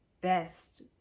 best